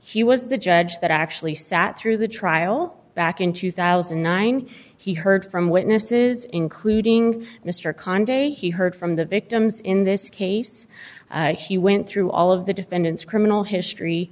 he was the judge that actually sat through the trial back in two thousand and nine he heard from witnesses including mr cond he heard from the victims in this case he went through all of the defendant's criminal history